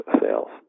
sales